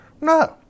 No